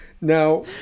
now